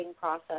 process